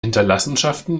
hinterlassenschaften